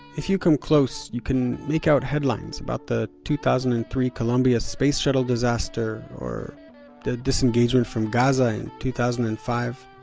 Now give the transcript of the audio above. if you come close, you can make out headlines about the two thousand and three columbia space shuttle disaster, or the disengagement from gaza in two thousand and five.